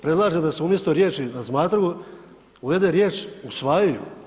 Predlažem da se umjesto riječi: „razmatraju“ uvede riječ: „usvajaju“